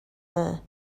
there